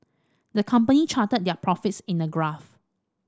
the company charted their profits in a graph